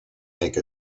make